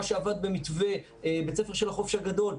מה שעבד במתווה בית ספר של החופש הגדול,